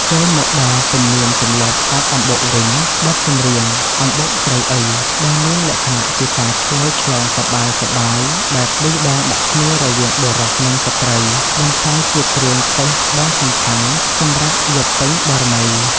ចូលមកដល់ទំនៀមទម្លាប់អកអំបុកវិញ បទចម្រៀង «អំបុកស្រូវអី?» ដែលមានលក្ខណៈជាការឆ្លើយឆ្លងសប្បាយៗ បែបឌឺដងដាក់គ្នារវាងបុរសនិងស្រ្តី បានក្លាយជាគ្រឿងទេសដ៏សំខាន់សម្រាប់យប់ពេញបូណ៌មី។